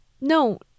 No